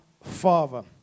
Father